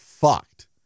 fucked